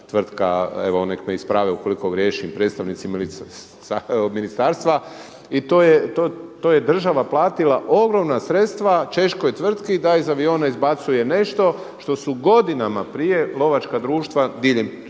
tvrtka, evo neka me isprave ukoliko griješim predstavnici ministarstva i to je država platila ogromna sredstva češkoj tvrtki da iz aviona izbacuje nešto što su godinama prije lovačka društva diljem